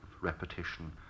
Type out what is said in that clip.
repetition